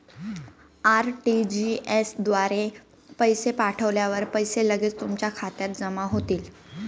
RTGS द्वारे पैसे पाठवल्यावर पैसे लगेच तुमच्या खात्यात जमा होतील